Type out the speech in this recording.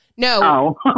No